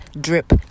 drip